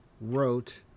wrote